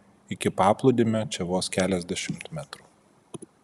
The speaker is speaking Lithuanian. iki paplūdimio čia vos keliasdešimt metrų